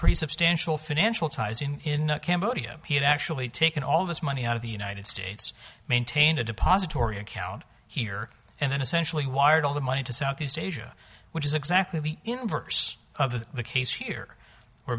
pretty substantial financial ties in cambodia he had actually taken all this money out of the united states maintain a depository account here and then essentially wired all the money to southeast asia which is exactly the inverse of the the case here where